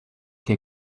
que